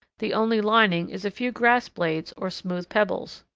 the only lining is a few grass blades or smooth pebbles.